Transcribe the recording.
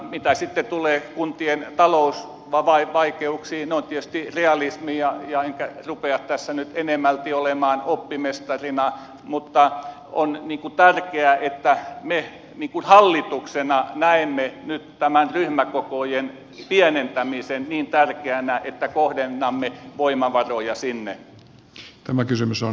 mitä sitten tulee kuntien talousvaikeuksiin ne ovat tietysti realismia enkä rupea tässä nyt enemmälti olemaan oppimestarina mutta on tärkeää että me hallituksena näemme nyt tämän ryhmäkokojen pienentämisen niin tärkeänä että kohdennamme voimavaroja sinne